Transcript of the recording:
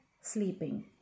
sleeping